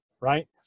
right